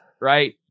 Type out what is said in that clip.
right